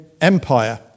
Empire